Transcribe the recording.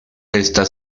esta